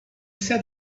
said